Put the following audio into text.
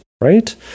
right